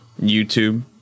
YouTube